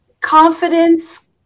Confidence